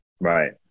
right